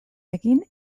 egin